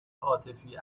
عاطفی